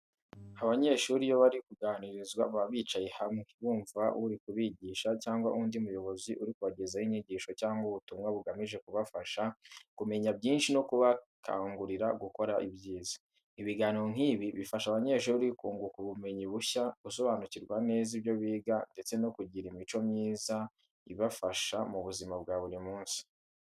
Abanyeshuri iyo bari kuganirizwa baba bicaye hamwe, bumva uri kubigisha cyangwa undi muyobozi uri kubagezaho inyigisho cyangwa ubutumwa bugamije kubafasha kumenya byinshi no kubakangurira gukora ibyiza. Ibiganiro nk'ibi bifasha abanyeshuri kunguka ubumenyi bushya, gusobanukirwa neza ibyo biga, ndetse no kugira imico myiza ibafasha mu buzima bwa buri munsi.